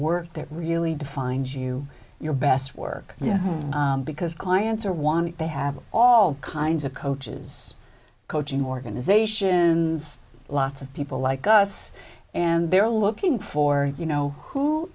work that really defines you your best work yet because clients are want they have all kinds of coaches coaching organizations lots of people like us and they're looking for you know